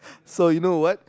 so you know what